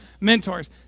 mentors